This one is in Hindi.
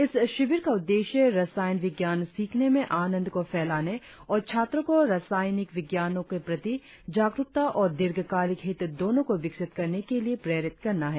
इस शिविर का उद्देश्य रसायन विज्ञान सीखने में आनंद को फैलाने और छात्रों को रासायनिक विज्ञानों के प्रति जागरुकता और दीर्घकालिक हित दोनों को विकसित करने के लिए प्रेरित करना है